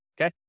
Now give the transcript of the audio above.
okay